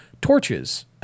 torches